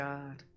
God